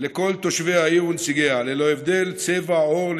לכל תושבי העיר ונציגיה ללא הבדל צבע עור,